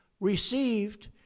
received